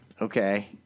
okay